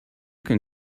can